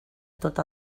tot